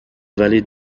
vallée